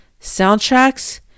soundtracks